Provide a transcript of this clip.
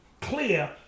clear